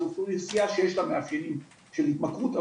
זאת אוכלוסיה שיש לה מאפיינים של התמכרות,